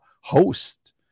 host